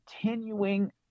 continuing